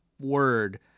word